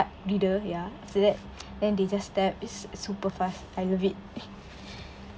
reader ya after that then they just tap it's it's super fast I love it